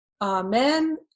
Amen